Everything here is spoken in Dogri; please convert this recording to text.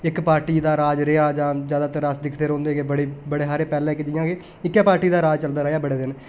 इक पार्टी दा राज रेहा जां ज्यादा अस दिखदे रौंहदे के बड़े सारे पैहले के जि'यां के इक्कै पार्टी दा राज चलदा रेहा बड़े दिन